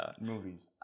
movies